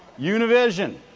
univision